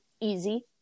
easy